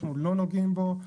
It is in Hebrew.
אנחנו לא נוגעים בו.